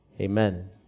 Amen